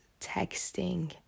texting